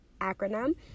acronym